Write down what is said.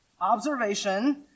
observation